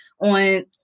on